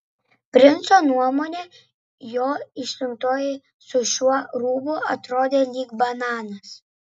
princo nuomone jo išrinktoji su šiuo rūbu atrodė lyg bananas